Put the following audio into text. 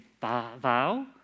vow